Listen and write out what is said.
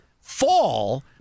fall